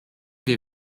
wir